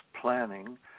planning